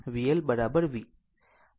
VL v